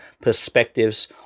perspectives